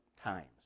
times